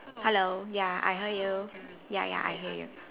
hello ya I hear you ya ya I hear you